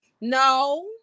No